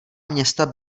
města